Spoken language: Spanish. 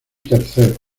tercero